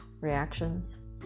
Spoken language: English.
reactions